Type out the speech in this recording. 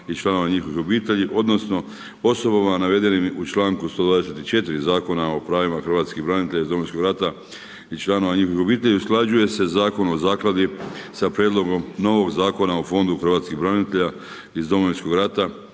i članova njihovih obitelji, odnosno osobama navedenim u članku 124. Zakona o pravima hrvatskih branitelja iz Domovinskog rata i članova njihovih obitelji usklađuje se Zakon o zakladi sa prijedlogom novog zakona o Fondu hrvatskih branitelja iz Domovinskog rata